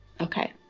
okay